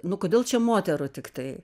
nu kodėl čia moterų tiktai